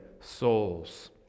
souls